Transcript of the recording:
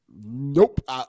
Nope